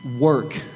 work